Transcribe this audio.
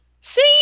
see